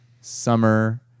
summer